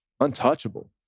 untouchable